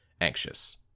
anxious